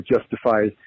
justify